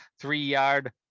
three-yard